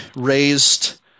raised